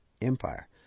empire